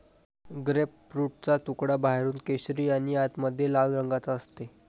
ग्रेपफ्रूटचा तुकडा बाहेरून केशरी आणि आतमध्ये लाल रंगाचा असते